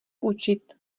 učit